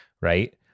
right